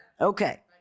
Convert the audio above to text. Okay